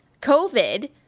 COVID